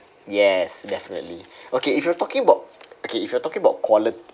yes definitely okay if you're talking about okay if you're talking about quality